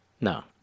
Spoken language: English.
No